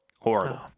Horrible